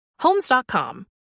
Homes.com